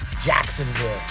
Jacksonville